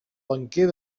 banquer